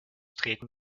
treten